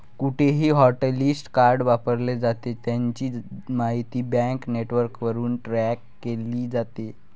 कुठेही hotlist card वापरले जाते, त्याची माहिती बँक नेटवर्कवरून ट्रॅक केली जाते